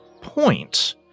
point